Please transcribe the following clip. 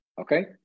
okay